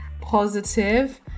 positive